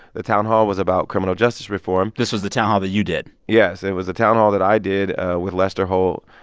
the town hall was about criminal justice reform this was the town hall that you did yes, it was a town hall that i did with lester holt,